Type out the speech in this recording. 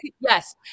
Yes